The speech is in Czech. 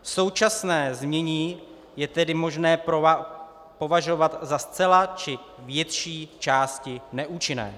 Současné znění je tedy možné považovat za zcela, či z větší části neúčinné.